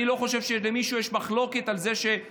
אני לא חושב שלמישהו יש מחלוקת על זה שעשינו